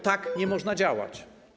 Tak nie można działać.